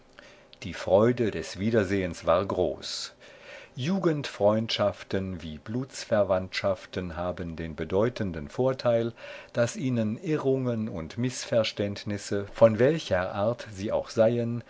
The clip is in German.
die freude des wiedersehens war groß jugendfreundschaften wie blutsverwandtschaften haben den bedeutenden vorteil daß ihnen irrungen und mißverständnisse von welcher art sie auch seien